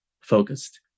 focused